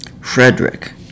Frederick